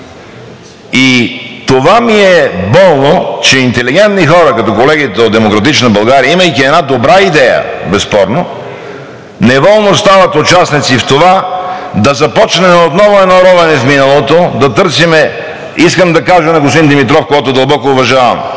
И затова ми е болно, че интелигентни хора, като колегите от „Демократична България“, имайки една добра идея, безспорно неволно стават участници в това да започнем едно ровене в миналото, да търсим... Искам да кажа на господин Димитров, когото дълбоко уважавам,